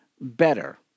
better